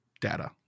data